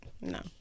No